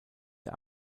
der